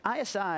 ISI